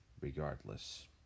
Regardless